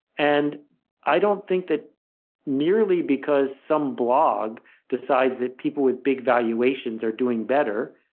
and i don't think that merely because some blog decides that people with big valuations are doing better,